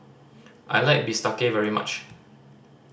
I like bistake very much